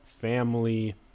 family